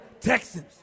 texans